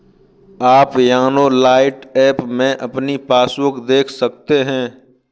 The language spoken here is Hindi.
आप योनो लाइट ऐप में अपनी पासबुक देख सकते हैं